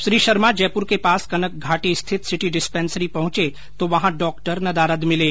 श्री शर्मा जयपुर के पास कनक घाटी स्थित सिटी डिस्पेंसरी पहुंचे तो वहां डॉक्टर नदारद मिले